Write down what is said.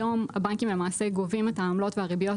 היום הבנקים למעשה גובים את העמלות ואת הריביות